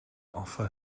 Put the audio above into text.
offer